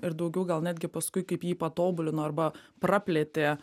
ir daugiau gal netgi paskui kaip jį patobulino arba praplėtė